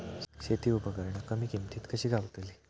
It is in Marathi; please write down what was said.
शेती उपकरणा कमी किमतीत कशी गावतली?